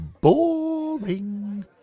Boring